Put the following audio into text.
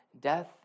death